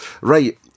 Right